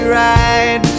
right